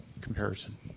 comparison